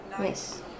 Yes